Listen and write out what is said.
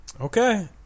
Okay